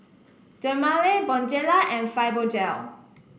Dermale Bonjela and Fibogel